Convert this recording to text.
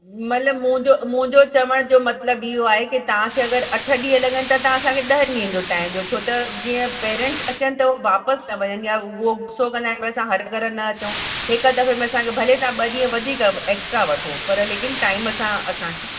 मतिलबु मुंहिंजो मुंहिंजो चवण जो मतिलबु इहो आहे के तव्हां खे अगरि अठ ॾींहं लॻनि त तव्हां असांखे ॾहनि ॾींहंनि जो टाइम ॾियो छो त जीअं पेरन्ट्स अचनि त उहो वापसि था वञनि यां उहो गुस्सो कंदा आहिनि भई असां हर घड़ी न अचूं हिक दफ़े में असांखे भले तव्हां ॿ ॾींहं वधीक एक्स्ट्रा वठो लेकिन टाइम सां असांखे